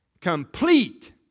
complete